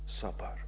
Supper